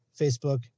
Facebook